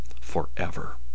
forever